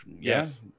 yes